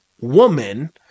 woman